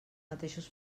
mateixos